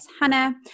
Hannah